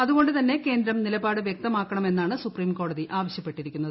അതുകൊണ്ടുതന്നെ കേന്ദ്രം നിലപാട് വ്യക്തമാക്കണം എന്നാണ് സുപ്രീംകോടതി ആവശ്യ പ്പെട്ടിരിക്കുന്നത്